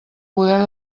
poder